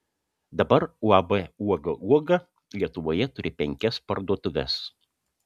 dabar uab uoga uoga lietuvoje turi penkias parduotuves